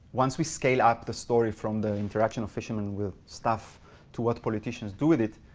once we scale up the story from the interaction of fishermen with stuff to what politicians do with it,